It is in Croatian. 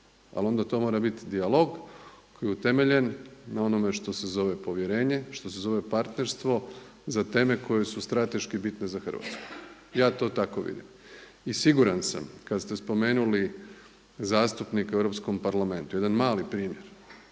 ali onda to mora biti dijalog koji je utemeljen na onome što se zove povjerenje, što se zove partnerstvo za teme koje su strateški bitne za Hrvatsku. Ja to tako vidim. I siguran sam kad ste spomenuli zastupnike u Europskom parlamentu, jedan mali primjer.